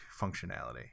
functionality